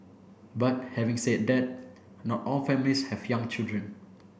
but having said that not all families have young children